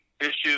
issues